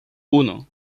uno